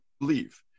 believe